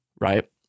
right